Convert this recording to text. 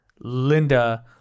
Linda